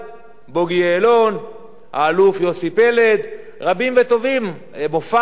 האלוף יוסי פלד, רבים וטובים, חבר הכנסת מופז,